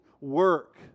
work